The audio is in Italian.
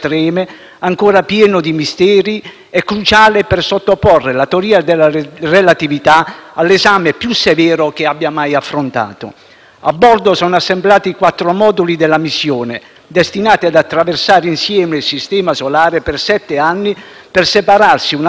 e cruciale per sottoporre la teoria della relatività (...) all'esame più severo che abbia mai affrontato». A bordo sono assemblati i quattro moduli della missione, destinati ad attraversare insieme il Sistema solare per sette anni, per separarsi una volta arrivati nell'orbita di Mercurio.